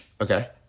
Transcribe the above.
Okay